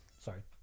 Sorry